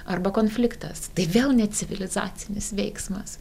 arba konfliktas tai vėl necivilizacinis veiksmas